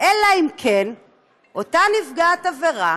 אלא אם כן אותה נפגעת עבירה